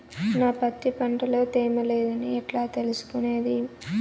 నా పత్తి పంట లో తేమ లేదని ఎట్లా తెలుసుకునేది?